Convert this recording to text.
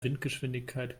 windgeschwindigkeiten